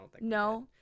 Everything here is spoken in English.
No